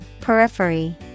Periphery